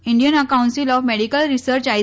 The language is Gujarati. Indian council of medical research I